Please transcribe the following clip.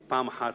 מפעם אחת,